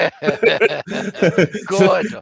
Good